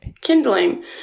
kindling